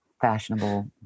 fashionable